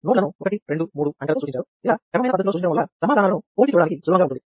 node లను 1 2 3 అంకెలతో సూచించారు ఇలా క్రమమైన పద్ధతిలో సూచించడం వల్ల సమాధానాలను పోల్చి చూడడానికి సులభంగా ఉంటుంది